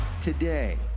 today